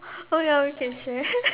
oh ya we can share